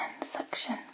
suction